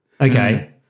Okay